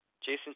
Jason